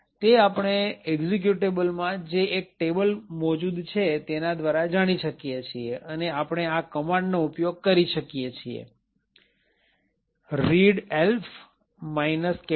તે આપણે એક્ઝિક્યુટેબલ માં જે એક ટેબલ મોજુદ છે તેના દ્વારા જાણી શકીએ છીએ અને આપણે આ કમાન્ડ નો ઉપયોગ કરી શકીએ છીએ readelf R mylib